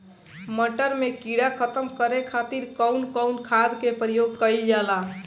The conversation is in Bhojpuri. मटर में कीड़ा खत्म करे खातीर कउन कउन खाद के प्रयोग कईल जाला?